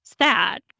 sad